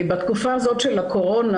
בתקופה הזאת של הקורונה,